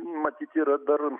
matyt yra dar